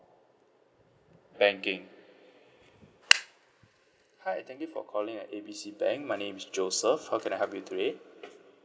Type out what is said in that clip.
banking hi thank you for calling uh A B C bank my name is joseph how can I help you today